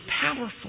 powerful